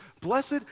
Blessed